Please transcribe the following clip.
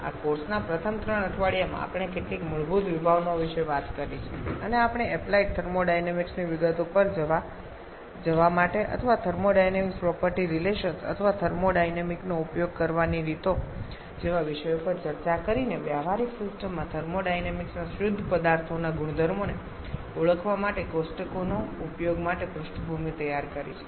આ કોર્સના પ્રથમ ત્રણ અઠવાડિયામાં આપણે કેટલીક મૂળભૂત વિભાવનાઓ વિશે વાત કરી છે અને આપણે એપ્લાઇડ થર્મોડાયનેમિક્સ ની વિગતો પર જવા માટે અથવા થર્મોડાયનેમિક પ્રોપર્ટી રિલેશન્સ અથવા થર્મોડાયનેમિક નો ઉપયોગ કરવાની રીતો જેવા વિષયો પર ચર્ચા કરીને વ્યવહારિક સિસ્ટમમાં થર્મોડાયનેમિક્સ ના શુદ્ધ પદાર્થોના ગુણધર્મોને ઓળખવા માટે કોષ્ટકોના ઉપયોગ માટે પૃષ્ઠભૂમિ તૈયાર કરી છે